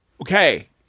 Okay